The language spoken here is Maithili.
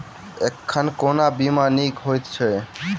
एखन कोना बीमा नीक हएत छै?